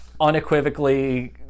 unequivocally